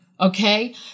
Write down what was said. Okay